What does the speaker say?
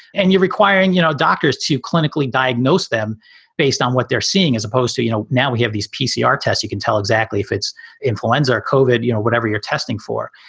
and you're requiring you know doctors to clinically diagnose them based on what they're seeing as opposed to, you know, now we have these pcr tests. you can tell exactly if it's influenza coded, you know, whatever you're testing for.